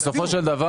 בסופו של דבר,